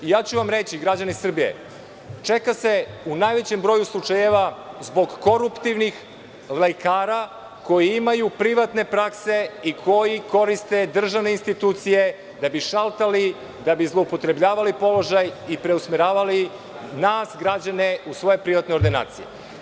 Reći ću vam građani Srbije da se u najvećem broju čeka zbog koruptivnih lekara koji imaju privatne prakse i koji koriste državne institucije da bi zloupotrebljavali položaj i preusmeravali nas građane u svoje privatne ordinacije.